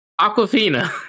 Aquafina